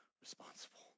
responsible